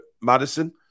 Madison